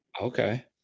Okay